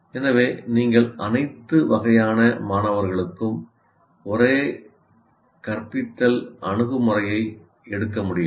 எனவே நீங்கள் அனைத்து வகையான மாணவர்களுக்கும் ஒரே கற்பித்தல் அணுகுமுறையை எடுக்க முடியாது